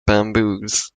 bamboos